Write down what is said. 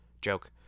Joke